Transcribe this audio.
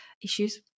issues